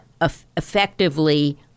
effectively